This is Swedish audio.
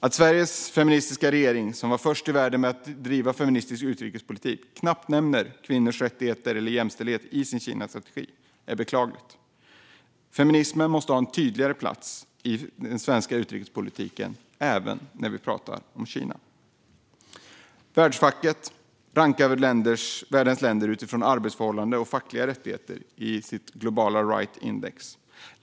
Att Sveriges feministiska regering, som var först i världen med att driva en feministisk utrikespolitik, knappt nämner kvinnors rättigheter eller jämställdhet i sin Kinastrategi är beklagligt. Feminismen måste ha en tydligare plats i den svenska utrikespolitiken, även när vi talar om Kina. Världsfacket rankar i Global Rights Index världens länder utifrån arbetsförhållanden och fackliga rättigheter.